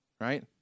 right